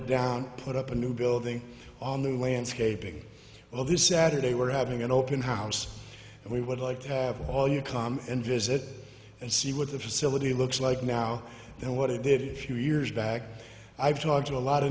down put up a new building on the landscaping well this saturday were having an open house and we would like to have all you come and visit and see what the facility looks like now then what i did few years back i've talked to a lot of